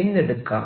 എന്നെടുക്കാം